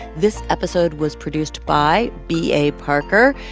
this episode was produced by b a. parker.